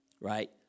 right